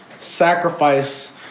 sacrifice